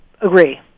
Agree